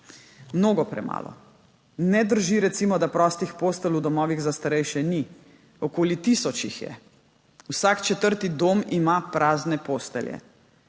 mnogo premalo. Ne drži, recimo, da prostih postelj v domovih za starejše ni. Okoli tisoč jih je; vsak četrti dom ima prazne postelje.